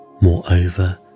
moreover